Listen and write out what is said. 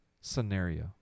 scenario